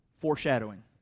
Foreshadowing